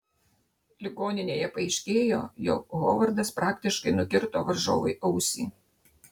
ligoninėje paaiškėjo jog hovardas praktiškai nukirto varžovui ausį